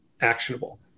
actionable